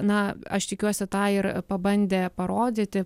na aš tikiuosi tą ir pabandė parodyti